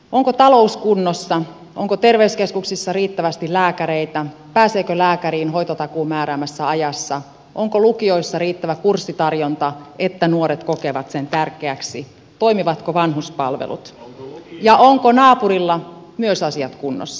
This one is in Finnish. onko talous kunnossa onko terveyskeskuksissa riittävästi lääkäreitä pääseekö lääkäriin hoitotakuun määräämässä ajassa onko lukioissa riittävä kurssitarjonta että nuoret kokevat sen tärkeäksi toimivatko vanhuspalvelut ja onko myös naapurilla asiat kunnossa